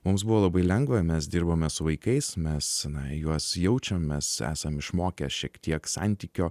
mums buvo labai lengva mes dirbome su vaikais mes juos jaučiam mes esam išmokę šiek tiek santykio